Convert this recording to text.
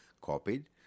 copied